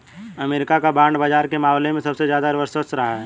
अमरीका का बांड बाजार के मामले में सबसे ज्यादा वर्चस्व रहा है